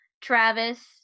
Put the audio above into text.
Travis